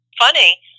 funny